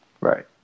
Right